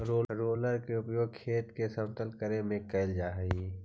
roller के उपयोग खेत के समतल करे में कैल जा हई